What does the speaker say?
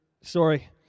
sorry